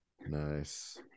Nice